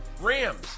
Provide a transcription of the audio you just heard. Rams